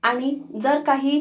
आणि जर काही